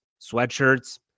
sweatshirts